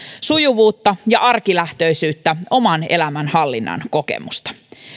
sujuvuutta ja arkilähtöisyyttä oman elämän hallinnan kokemusta